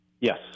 Yes